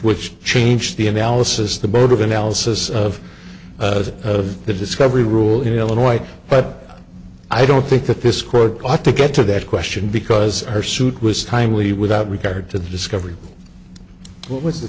which change the analysis the board of analysis of of the discovery rule in illinois but i don't think that this court ought to get to that question because her suit was timely without regard to the discovery what was the